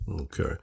Okay